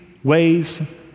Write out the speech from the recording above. ways